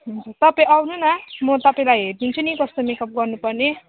हुन्छ तपाईँ आउनु न म तपाईँलाई हेरिदिन्छु नि कस्तो मेक अप गर्नु पर्ने